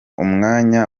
umwanya